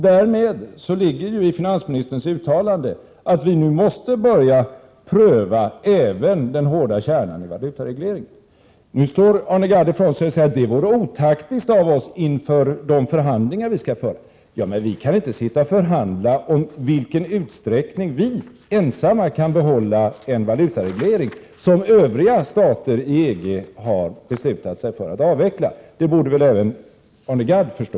Därmed ligger i finansministerns uttalande att vi nu måste börja pröva även den hårda kärnan i valutaregleringen. Arne Gadd slår ifrån sig och säger att det vore otaktiskt av oss inför de förhandlingar vi skall föra. Men vi kan väl inte sitta och förhandla om i vilken utsträckning vi ensamma kan behålla en valutareglering som övriga stater i EG har beslutat sig för att avveckla — det borde väl även Arne Gadd förstå?